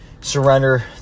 surrender